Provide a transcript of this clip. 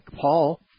Paul